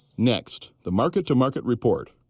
next, the market to market report.